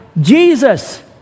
Jesus